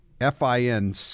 F-I-N